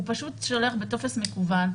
הוא פשוט שולח בטופס מקוון,